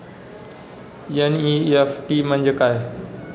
NEFT म्हणजे काय?